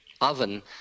oven